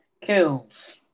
Kills